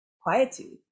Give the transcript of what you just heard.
quietude